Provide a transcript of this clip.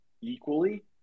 equally